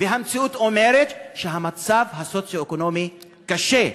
המציאות אומרת שהמצב הסוציו-אקונומי קשה.